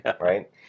right